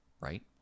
right